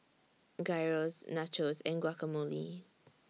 Gyros Nachos and Guacamole